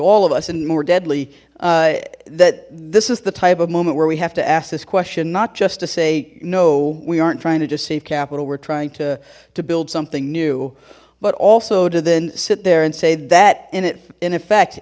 all of us and more deadly that this is the type of moment where we have to ask this question not just to say no we aren't trying to just save capital we're trying to to build something new but also to then sit there and say that and if in effect